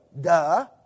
Duh